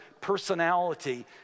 personality